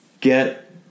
get